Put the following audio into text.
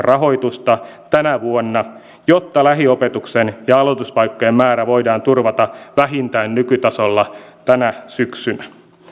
rahoitusta tänä vuonna jotta lähiopetuksen ja aloituspaikkojen määrä voidaan turvata vähintään nykytasolla tänä syksynä